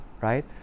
right